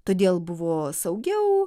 todėl buvo saugiau